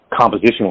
compositional